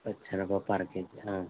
పచ్చెనగ పప్పు అరకేజీ